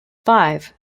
five